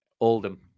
Oldham